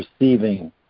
receiving